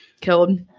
killed